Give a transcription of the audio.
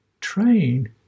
train